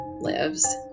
lives